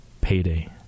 payday